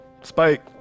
Spike